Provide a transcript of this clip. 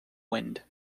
wind